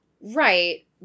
Right